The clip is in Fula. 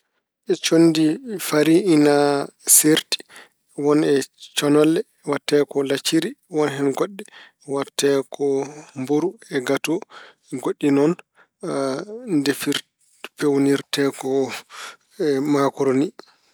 Conndi fariŋ ina seerti. Won e connelle waɗtee ko lacciri, won hen goɗɗe waɗtee ko e kato, goɗɗi noon ndefir- peewnirte ko maakoroni.